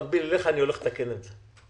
ואני הולך לתקן את זה.